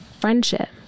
friendship